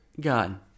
God